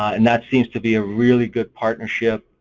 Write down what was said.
and that seems to be a really good partnership